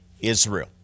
Israel